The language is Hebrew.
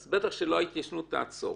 אז בטח שלא ההתיישנות תעצור.